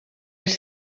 els